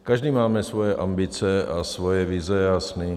Každý máme svoje ambice a svoje vize a sny.